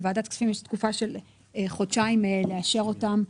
לוועדת הכספים יש תקופה של חודשיים לאשר אותם,